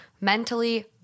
mentally